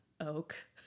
Oak